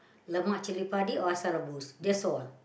Lemak-Chili-Padi or Asam-Rebus that's all